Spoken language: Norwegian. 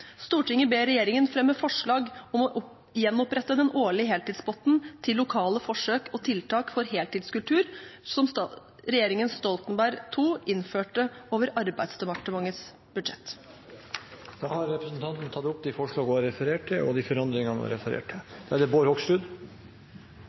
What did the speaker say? ber regjeringen fremme forslag om å gjenopprette den årlige heltidspotten til lokale forsøk og tiltak for heltidskultur, som regjeringen Stoltenberg II innførte over Arbeidsdepartementets budsjett.» Da har representanten Anette Trettebergstuen tatt opp de forslagene hun refererte til, med de forandringene hun også refererte til.